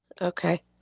Okay